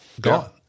Gone